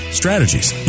strategies